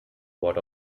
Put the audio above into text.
what